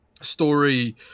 story